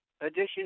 edition